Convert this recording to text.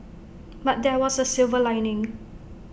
but there was A silver lining